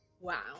Wow